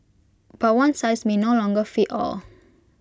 but one size may no longer fit all